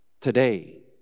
today